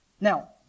Now